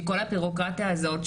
שכל הבירוקרטיה הזאת,